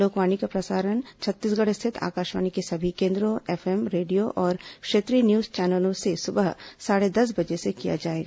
लोकवाणी का प्रसारण छत्तीसगढ़ स्थित आकाशवाणी के सभी केन्द्रों एफएम रेडियो और क्षेत्रीय न्यूज चैनलों से सुबह साढ़े दस बजे से किया जाएगा